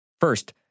First